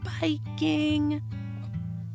biking